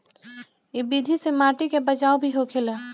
इ विधि से माटी के बचाव भी होखेला